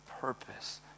purpose